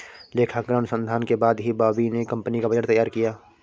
लेखांकन अनुसंधान के बाद ही बॉबी ने कंपनी का बजट तैयार किया